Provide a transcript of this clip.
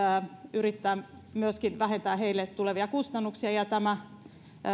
yrittää myöskin vähentää heille tulevia kustannuksia ja tämä